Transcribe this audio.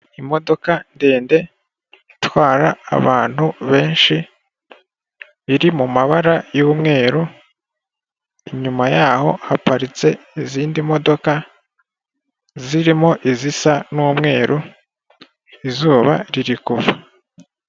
Imodoka ndende itwara abantu benshi iri mu mabara y'umweru, inyuma yayo haparitse izindi modoka zirimo izisa n'umweru, izuba riri kuva.